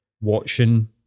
watching